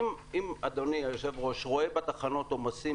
אם אדוני היושב ראש רואה בתחנות עומסים